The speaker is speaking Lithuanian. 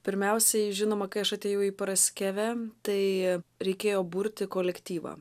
pirmiausiai žinoma kai aš atėjau į paraskevę tai reikėjo burti kolektyvą